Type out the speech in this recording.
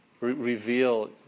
reveal